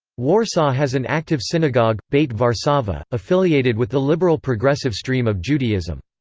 warsaw has an active synagogue, beit warszawa, affiliated with the liberal-progressive stream of judaism.